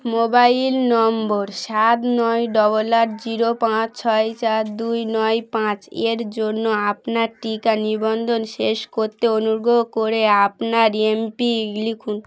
mobile number সাত নয় double আট জিরো পাঁচ ছয় চার দুই নয় পাঁচ এর জন্য আপনার টিকা নিবন্ধন শেষ করত্তে অনুগ্রহ করে আপনার এমপিন লিখুন